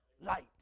Light